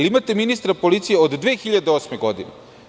Imate ministra policije od 2008. godine.